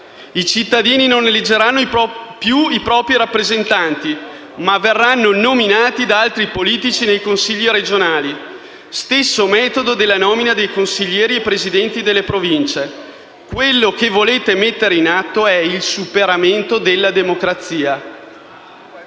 I cittadini non eleggeranno più i propri rappresentanti, ma questi verranno nominati da altri politici nei consigli regionali; stesso metodo della nomina dei consiglieri e presidenti delle Province. Quello che volete mettere in atto è il superamento della democrazia: